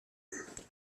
doubt